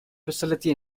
facility